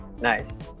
Nice